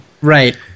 Right